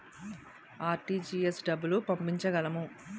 RTGS డబ్బులు పంపించగలము?